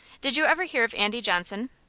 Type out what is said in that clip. did you ever hear of andy johnson?